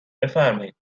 بفرمایید